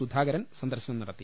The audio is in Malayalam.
സുധാകരൻ സന്ദർശനം നടത്തി